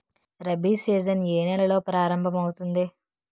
Rabi season ఏ నెలలో ప్రారంభమౌతుంది?